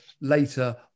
later